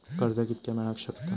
कर्ज कितक्या मेलाक शकता?